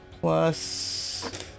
plus